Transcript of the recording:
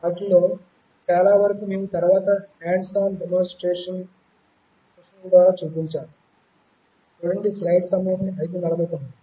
వాటిలో చాలావరకు మేము తరువాత హాండ్స్ ఆన్ డెమోన్స్ట్రషన్ సెషన్ల ద్వారా చూపించాము